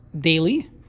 daily